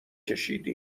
ﻧﻌﺮه